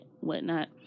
whatnot